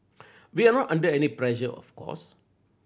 we are not under any pressure of course